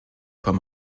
vom